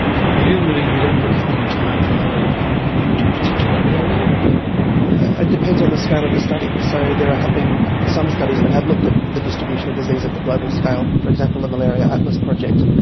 so presumably you don't look at the entire globe, you would look at a particular area, would you? it ah depends on the scale of the study. so there have been some studies that have looked at the distribution of disease at the global scale, for example the malaria atlas project.